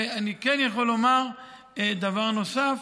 ואני כן יכול לומר דבר נוסף,